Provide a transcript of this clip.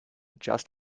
just